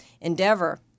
endeavor